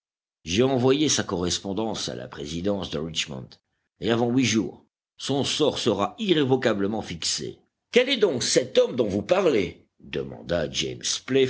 j'ai envoyé sa correspondance à la présidence de richmond et avant huit jours son sort sera irrévocablement fixé uel est donc cet homme dont vous parlez demanda james